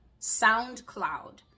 SoundCloud